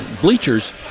bleachers